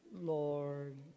Lord